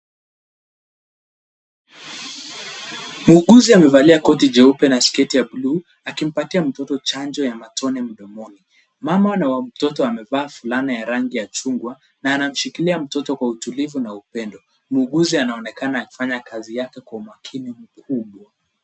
Muuguzi amevalia koti jeupe na sketi ya blue akimpatia mtoto chanjo ya matone mdomoni. Mama na wa mtoto amevaa fulana ya rangi ya chungwa na anamshikilia mtoto kwa utulivu na upendo. Muuguzi anaonekana akifanya kazi yake kwa umakini mkubwa.